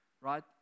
right